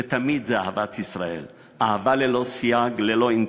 ותמיד זה אהבת ישראל, אהבה ללא סייג, ללא אינטרס.